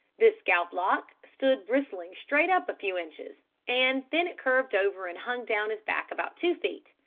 this scalp-lock stood bristling straight up a few inches, and then curved over and hung down his back about two feet.